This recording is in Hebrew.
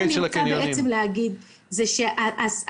מה שאני רוצה להגיד זה שאם